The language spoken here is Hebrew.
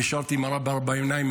נשארתי עם הרב בארבע עיניים.